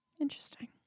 interesting